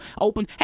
open